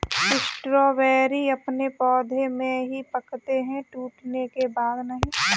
strawberry अपने पौधे में ही पकते है टूटने के बाद नहीं